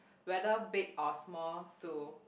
whether big or small to